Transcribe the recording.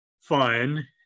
fun